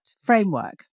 framework